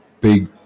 big